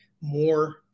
more